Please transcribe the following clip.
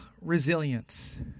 resilience